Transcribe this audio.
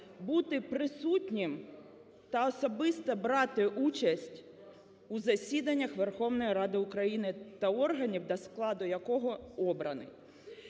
бути присутнім та особисто брати участь у засіданнях Верховної Ради України та органів, до складу якого обраний.